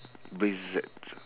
brexit